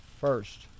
first